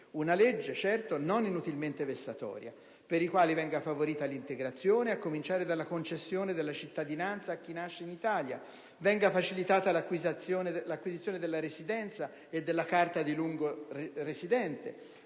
(una legge, certo, non inutilmente vessatoria), per i quali venga favorita l'integrazione, a cominciare dalla concessione della cittadinanza a chi nasce in Italia; venga facilitata l'acquisizione della residenza e della carta di lungo residente;